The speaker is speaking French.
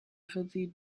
revue